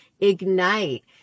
ignite